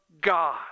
God